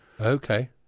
Okay